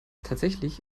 tatsächlich